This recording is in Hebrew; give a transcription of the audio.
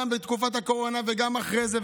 גם בתקופת הקורונה וגם אחרי זה,